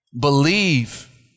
Believe